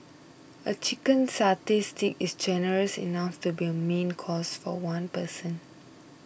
a Chicken Satay Stick is generous enough to be a main course for one person